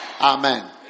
Amen